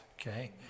okay